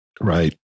Right